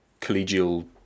collegial